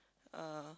uh